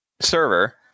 server